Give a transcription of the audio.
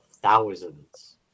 Thousands